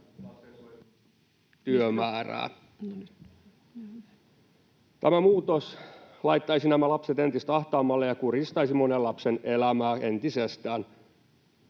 Tämä muutos laittaisi nämä lapset entistä ahtaammalle ja kurjistaisi monen lapsen elämää entisestään...